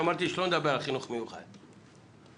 ילדים עם מוגבלות שכלית קשה, סיעודיים.